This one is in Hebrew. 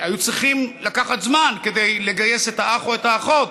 היו צריכים לקחת זמן כדי לגייס את האח או את האחות,